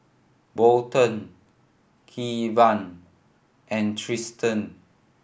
Burton Kevan and Triston